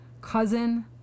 cousin